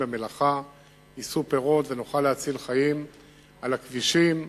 במלאכה יישאו פירות ונוכל להציל חיים על הכבישים,